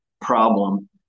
problem